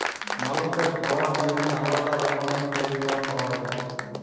মালুসের খাওয়ার জন্যেহে আলাদা রকমের তেল সব পাওয়া যায়